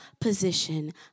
position